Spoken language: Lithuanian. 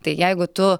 tai jeigu tu